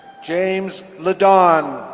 james ledonne.